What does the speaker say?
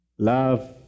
Love